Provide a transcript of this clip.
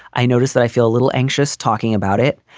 i noticed that i feel a little anxious talking about it.